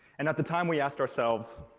and at the time we asked ourselves,